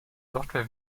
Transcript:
software